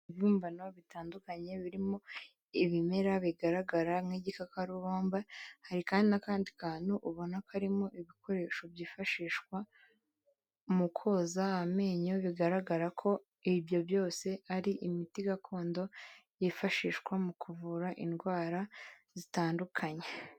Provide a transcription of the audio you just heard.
Ibibumbano bitandukanye birimo ibimera bigaragara nk'igikakarubamba, hari kandi n'akandi kantu ubona karimo ibikoresho byifashishwa mu koza amenyo, bigaragara ko ibyo byose ari imiti gakondo yifashishwa mu kuvura indwara zitandukanye.